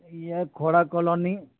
یہ کھوڑا کالونی